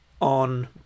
on